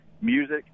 music